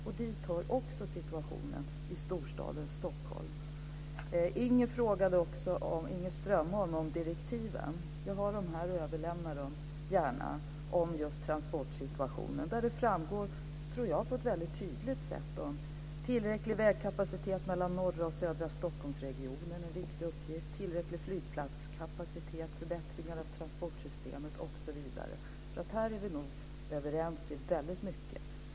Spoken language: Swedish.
Dit hör också situationen i storstaden Stockholm. Inger Strömbom frågade efter direktiven till beredningen om transportsituationen. Jag har dem här i min hand och överlämnar dem gärna. De belyser på ett väldigt tydligt sätt de viktiga uppgifterna att skapa en tillräcklig vägkapacitet mellan norra och södra Stockholmsregionen, en tillfredsställande flygplatskapacitet, förbättringar av transportsystemet osv. Vi är härvidlag nog överens om väldigt mycket.